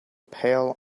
pale